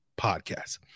podcasts